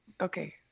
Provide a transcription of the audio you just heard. Okay